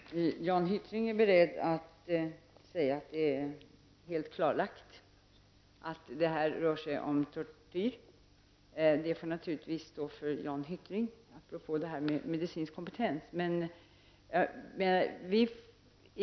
Herr talman! Jan Hyttring är beredd att säga att det är helt klarlagt att det rör sig om tortyr i det här fallet. Det får naturligtvis stå för Jan Hyttring, apropå detta med medicinsk kompetens.